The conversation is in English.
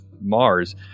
Mars